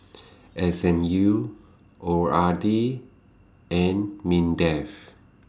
S M U O R D and Mindef